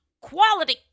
quality